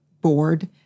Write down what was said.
board